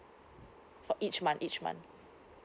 for each month each month